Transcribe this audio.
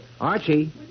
Archie